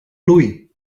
bloei